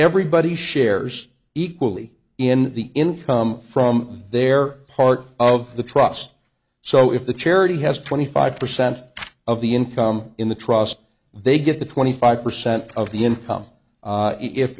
everybody shares equally in the income from their part of the trust so if the charity has twenty five percent of the income in the trust they get the twenty five percent of the income